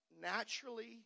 naturally